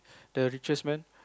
the richest man